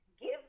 give